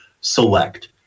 Select